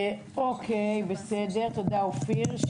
תודה, אופיר.